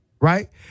Right